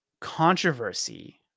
controversy